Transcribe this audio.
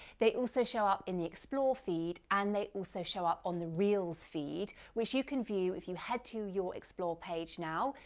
they also show up in the explore feed and they also show up on the reels feed which you can view if you head to your explore page now,